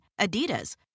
Adidas